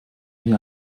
nie